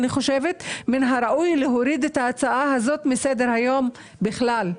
אני חושבת שיהיה מן הראוי להוריד את ההצעה הזו מסדר היום בכלל,